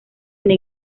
una